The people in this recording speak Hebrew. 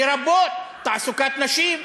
לרבות תעסוקת נשים,